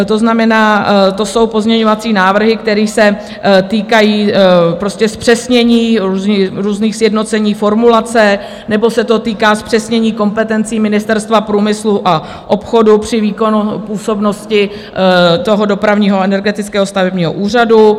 To znamená, to jsou pozměňovací návrhy, které se týkají zpřesnění, různých sjednocení formulace nebo se to týká zpřesnění kompetencí Ministerstva průmyslu a obchodu při výkonu působnosti Dopravního a energetického stavebního úřadu.